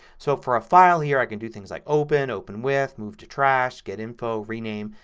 so for a file here i can do things like open, open with, move to trash, get info, rename.